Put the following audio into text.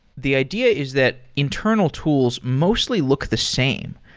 the idea is that internal tools mostly look the same.